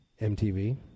MTV